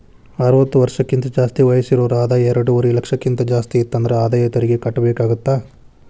ಅರವತ್ತ ವರ್ಷಕ್ಕಿಂತ ಜಾಸ್ತಿ ವಯಸ್ಸಿರೋರ್ ಆದಾಯ ಎರಡುವರಿ ಲಕ್ಷಕ್ಕಿಂತ ಜಾಸ್ತಿ ಇತ್ತಂದ್ರ ಆದಾಯ ತೆರಿಗಿ ಕಟ್ಟಬೇಕಾಗತ್ತಾ